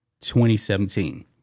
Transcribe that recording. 2017